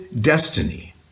destiny